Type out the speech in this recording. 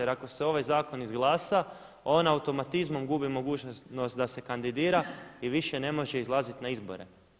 Jer ako se ovaj zakon izglasa on automatizmom gubi mogućnost da se kandidira i više ne može izlaziti na izbore.